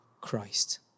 Christ